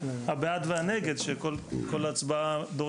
הבעד והנגד שדורשת מאיתנו כל הצבעה.